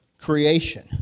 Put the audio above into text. creation